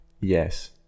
Yes